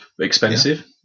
expensive